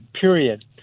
Period